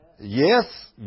Yes